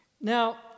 Now